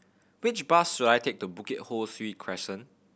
which bus should I take to Bukit Ho Swee Crescent